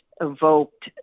evoked